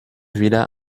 wieder